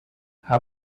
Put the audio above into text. how